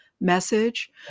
message